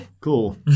Cool